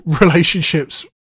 relationships